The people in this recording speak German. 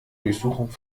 durchsuchung